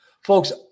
Folks